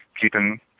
keeping